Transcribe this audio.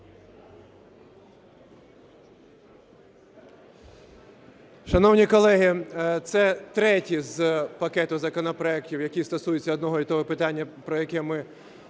Шановні колеги, це третій з пакету законопроектів, які стосуються одного і того питання, про яке ми сьогодні